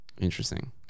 Interesting